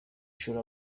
shuri